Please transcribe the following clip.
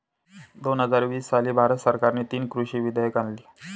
दोन हजार वीस साली भारत सरकारने तीन कृषी विधेयके आणली